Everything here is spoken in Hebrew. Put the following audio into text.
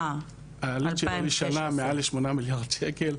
העלות שלו לשנה מעל ל-8 מיליארד שקל,